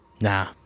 Nah